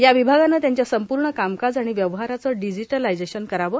या र्वभागाने त्यांच्या संपूण कामकाज आर्गाण व्यवहाराचे डिजिटलायझेशन करावे